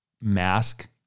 mask